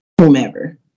whomever